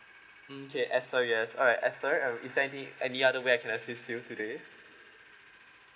mm okay ester yes alright uh ester err is there any any other way I can assist you today